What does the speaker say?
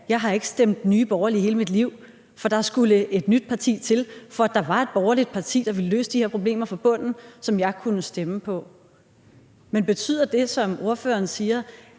jeg har ikke stemt Nye Borgerlige hele mit liv, for der skulle et nyt parti til, før der var et borgerligt parti, der ville løse de her problemer fra bunden, og som jeg kunne stemme på. Men betyder det, som ordføreren siger,